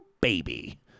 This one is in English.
baby